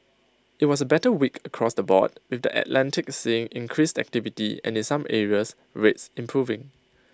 IT was A better week across the board with the Atlantic seeing increased activity and in some areas rates improving